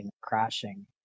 crashing